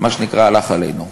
מה שנקרא, הלך עלינו.